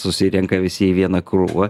susirenka visi į vieną krūvą